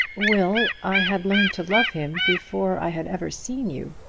will, i had learned to love him before i had ever seen you.